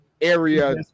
area